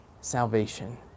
salvation